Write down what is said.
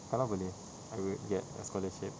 kalau boleh I would get a scholarship